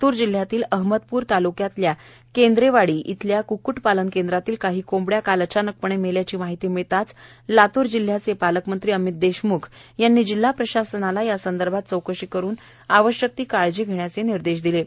लातूर जिल्ह्यातील अहमदपूर तालुक्यातल्या केंद्रेवाडी येथील कुक्कुट पालन केंद्रातील काही कोंबड्या काल अचानकपणे मेल्याची माहिती मिळताच लातूर जिल्याचे पालकमंत्री अमित देशम्ख यांनी जिल्हा प्रशासनाला यासंदर्भाने चौकशी करून आवश्यक ती काळजी घेण्याचे निर्देश दिले आहेत